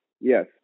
Yes